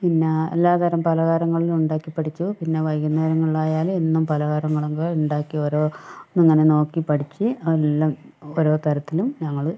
പിന്നെ എല്ലാതരം പലഹാരങ്ങളും ഉണ്ടാക്കിപ്പഠിച്ചു പിന്നെ വൈകുന്നേരങ്ങളിലായാലും എന്നും പലഹാരങ്ങളൊക്കെ ഉണ്ടാക്കി ഓരോ അങ്ങനെ നോക്കിപ്പഠിച്ച് എല്ലാം ഓരോ തരത്തിലും ഞങ്ങൾ